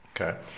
Okay